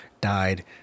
died